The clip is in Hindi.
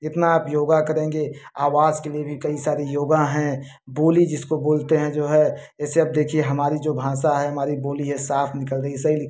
जितना आप योग करेंगे आवाज़ के लिए भी कई सारी योग है बोली जिसको बोलते हैं जो है जैसे अब देखिये हमारी जो भाषा है हमारी बोली है साफ निकल रही सही